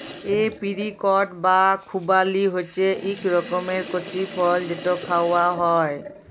apricot বা খুবালি হছে ইক রকমের কঁচি ফল যেট খাউয়া হ্যয়